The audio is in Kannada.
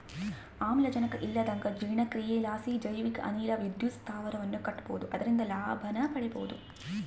ಆಮ್ಲಜನಕ ಇಲ್ಲಂದಗ ಜೀರ್ಣಕ್ರಿಯಿಲಾಸಿ ಜೈವಿಕ ಅನಿಲ ವಿದ್ಯುತ್ ಸ್ಥಾವರವನ್ನ ಕಟ್ಟಬೊದು ಅದರಿಂದ ಲಾಭನ ಮಾಡಬೊಹುದು